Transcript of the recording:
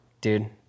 dude